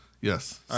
Yes